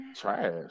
Trash